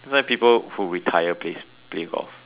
that's why people who retire plays play golf